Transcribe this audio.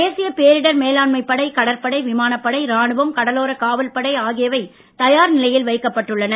தேசிய பேரிடர் மேலாண்மை படை கடற்படை விமானப்படை ராணுவம் கடலோர காவல்ப்படை ஆகியவை தயார் நிலையில் வைக்கப்பட்டுள்ளன